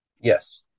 Yes